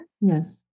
Yes